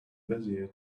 bezier